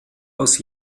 aus